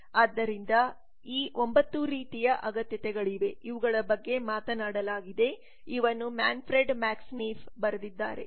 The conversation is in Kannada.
ಆದ್ದರಿಂದ ಈ 9 ರೀತಿಯ ಅಗತ್ಯತೆಗಳಿವೆ ಇವುಗಳ ಬಗ್ಗೆ ಮಾತನಾಡಲಾಗಿದೆ ಇವನ್ನು ಮ್ಯಾನ್ಫ್ರೆಡ್ ಮ್ಯಾಕ್ಸ್ ನೀಫ್ ಬರೆದಿದ್ದಾರೆ